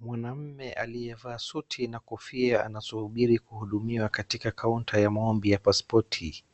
Mwanaume aliyevaa suti na kofia anasubiri kuhudumiwa katika kaunta ya maombi ya paspoti .